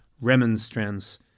remonstrance